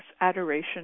adoration